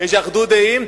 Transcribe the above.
יש אחדות דעים.